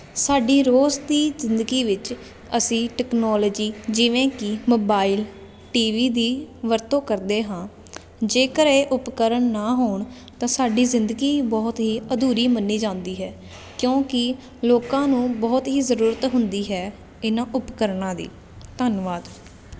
ਸਾਡੀ ਰੋਜ਼ ਦੀ ਜ਼ਿੰਦਗੀ ਵਿੱਚ ਅਸੀਂ ਟੈਕਨੋਲੋਜੀ ਜਿਵੇਂ ਕਿ ਮੋਬਾਈਲ ਟੀ ਵੀ ਦੀ ਵਰਤੋਂ ਕਰਦੇ ਹਾਂ ਜੇਕਰ ਇਹ ਉਪਕਰਨ ਨਾ ਹੋਣ ਤਾਂ ਸਾਡੀ ਜ਼ਿੰਦਗੀ ਬਹੁਤ ਅਧੂਰੀ ਮੰਨੀ ਜਾਂਦੀ ਹੈ ਕਿਉਂਕਿ ਲੋਕਾਂ ਨੂੰ ਬਹੁਤ ਹੀ ਜ਼ਰੂਰਤ ਹੁੰਦੀ ਹੈ ਇਹਨਾਂ ਉਪਕਰਨਾਂ ਦੀ ਧੰਨਵਾਦ